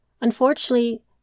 Unfortunately